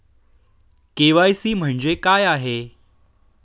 KYC म्हणजे काय आहे?